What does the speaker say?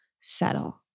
settle